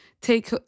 take